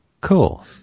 Cool